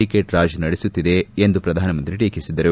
syndicate raj ನಡೆಸುತ್ತಿದೆ ಎಂದು ಪ್ರಧಾನಮಂತ್ರಿ ಟೀಕಿಸಿದರು